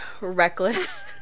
reckless